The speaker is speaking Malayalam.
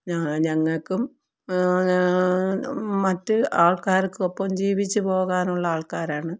ഞങ്ങള്ക്കും മറ്റ് ആൾക്കാര്ക്കൊപ്പം ജീവിച്ചുപോകാനുള്ള ആൾക്കാരാണ്